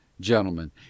gentlemen